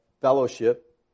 fellowship